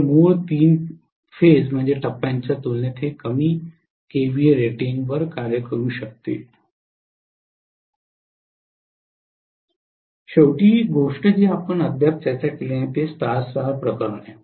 तर मूळ तीन टप्प्यांच्या तुलनेत हे कमी केव्हीए रेटिंगवर कार्य करू शकते शेवटची गोष्ट जी आपण अद्याप चर्चा केलेली नाही ते स्टार स्टार प्रकरण आहे